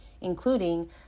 including